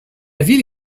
ville